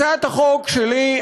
הצעת החוק שלי,